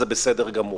זה בסדר גמור.